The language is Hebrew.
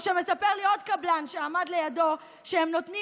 או שמספר לי עוד קבלן שעמד לידו שהם נותנים